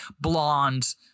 blonde